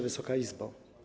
Wysoka Izbo!